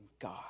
God